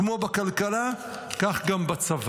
כמו בכלכלה, כך גם בצבא.